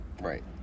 right